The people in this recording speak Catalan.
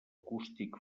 acústic